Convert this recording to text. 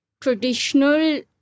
traditional